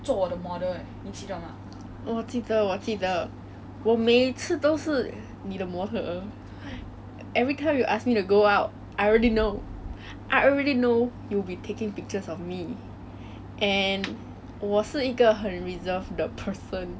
and I really don't know how to pose 我也不知道我的美的角度在哪里可是你会用心的 guide 我 and you will help me find my nice sides for me and from then on right we just do it we just